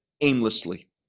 aimlessly